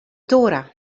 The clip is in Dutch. thora